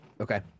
Okay